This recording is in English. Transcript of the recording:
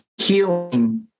Healing